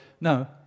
No